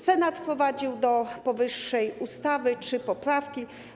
Senat wprowadził do powyższej ustawy trzy poprawki.